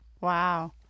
Wow